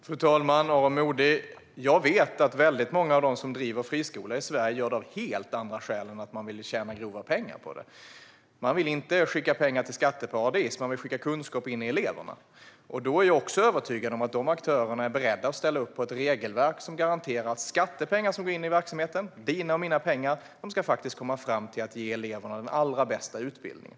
Fru talman! Aron Modig, jag vet att väldigt många av dem som driver friskolor i Sverige gör det av helt andra skäl än att man vill tjäna grova pengar på det. Man vill inte skicka pengar till skatteparadis, utan man vill skicka kunskap in i eleverna. Jag är därför övertygad om att dessa aktörer är beredda att ställa upp på ett regelverk som garanterar att skattepengar som går in i verksamheten, dina och mina pengar, faktiskt ska användas till att ge eleverna den allra bästa utbildningen.